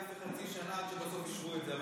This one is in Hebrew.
--- חצי שנה עד שבסוף אישרו את זה.